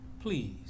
Please